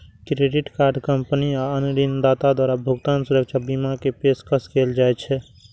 credit card company आ अन्य ऋणदाता द्वारा भुगतान सुरक्षा बीमा के पेशकश कैल जाइ छै